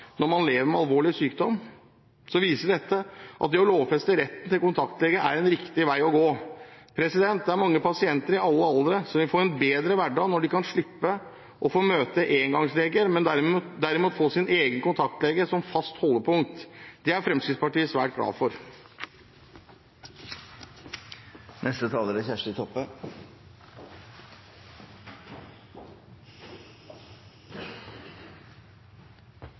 når man lever med alvorlig sykdom, viser dette at det å lovfeste retten til kontaktlege er riktig vei å gå. Det er mange pasienter i alle aldre som vil få en bedre hverdag når de kan slippe å møte engangsleger, men derimot få sin egen kontaktlege som fast holdepunkt. Det er Fremskrittspartiet svært glad for.